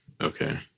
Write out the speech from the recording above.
Okay